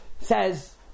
says